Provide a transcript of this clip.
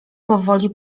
powoli